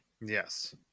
Yes